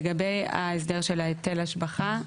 לגבי ההסדר של ההיטל השבחה,